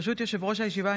ברשות יושב-ראש הישיבה,